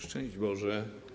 Szczęść Boże!